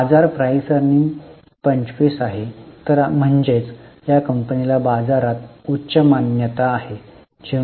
बाजार पीई 25 आहे तर म्हणजेच या कंपनीला बाजारात उच्च मान्यता आहे